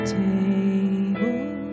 table